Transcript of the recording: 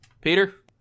Peter